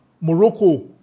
Morocco